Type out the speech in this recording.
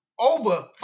Over